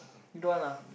you don't want ah